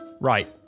right